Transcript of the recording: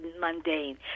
mundane